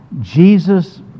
Jesus